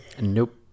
Nope